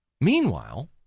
Meanwhile